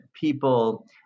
people